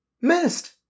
Missed